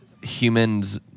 humans